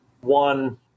one